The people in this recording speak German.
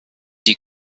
die